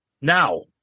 Now